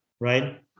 right